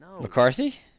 McCarthy